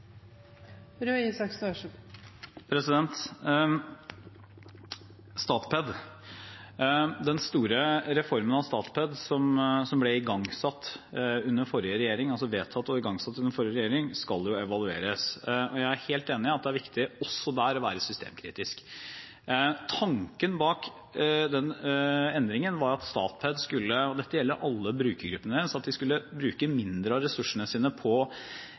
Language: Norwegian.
Den store reformen av Statped, som ble vedtatt og igangsatt under forrige regjering, skal evalueres, og jeg er helt enig i at det er viktig også der å være systemkritisk. Tanken bak denne endringen var at Statped skulle – og dette gjelder alle brukergruppene – bruke færre av ressursene sine på